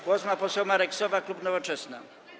Głos ma poseł Marek Sowa, klub Nowoczesna.